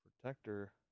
protector